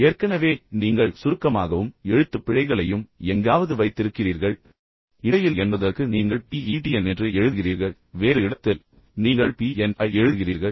ஏற்கனவே நீங்கள் சுருக்கமாகவும் எழுத்துப்பிழைகளையும் எங்காவது வைத்திருக்கிறீர்கள் இடையில் என்பதற்கு நீங்கள் BETN என்று எழுதுகிறீர்கள் வேறு இடத்தில் நீங்கள் BN ஐ எழுதுகிறீர்கள்